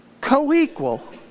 co-equal